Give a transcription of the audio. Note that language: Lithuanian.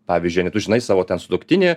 pavyzdžiui ane tu žinai savo sutuoktinį